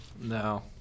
No